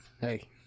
hey